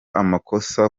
amakosa